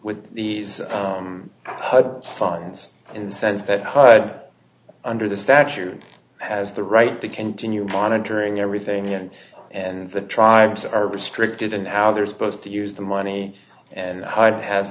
with these funds in the sense that hide under the statute has the right to continue monitoring everything in and the tribes are restricted in how they're supposed to use the money and hide has